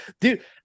dude